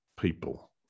people